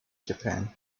japan